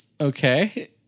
Okay